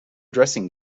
dressing